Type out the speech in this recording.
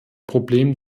problem